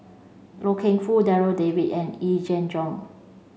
Loy Keng Foo Darryl David and Yee Jenn Jong